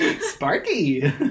Sparky